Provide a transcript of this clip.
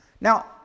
Now